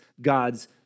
God's